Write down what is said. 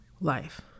life